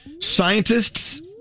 Scientists